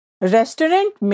Restaurant